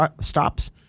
stops